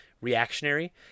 reactionary